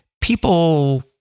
people